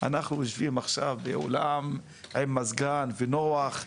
אנחנו יושבים עכשיו באולם עם מזגן ונוח,